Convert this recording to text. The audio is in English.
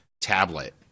tablet